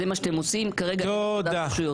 זה מה שאתם עושים, כרגע אין הפרדת רשויות.